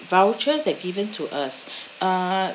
voucher that given to us uh